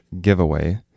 giveaway